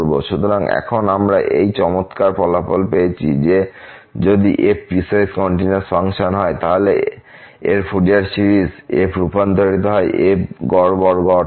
সুতরাং এখন আমরা এই চমৎকার ফলাফল পেয়েছি যে যদি f পিসওয়াইস কন্টিনিউয়াস ফাংশন হয় তাহলে এর ফুরিয়ার সিরিজ f রূপান্তরিত হয় f গড় বর্গ অর্থেএ